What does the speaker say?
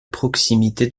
proximité